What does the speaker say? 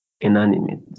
inanimate